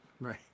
Right